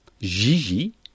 Gigi